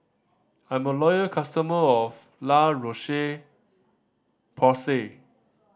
I'm a loyal customer of La Roche Porsay